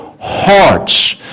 Hearts